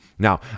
Now